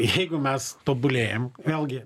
jeigu mes tobulėjam vėlgi